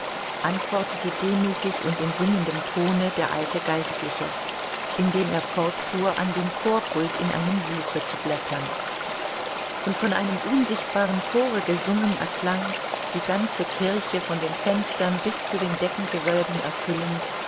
antwortete demütig und in singendem tone der alte geistliche indem er fortfuhr an dem chorpult in einem buche zu blättern und von einem unsichtbaren chore gesungen erklang die ganze kirche von den fenstern bis zu den deckengewölben erfüllend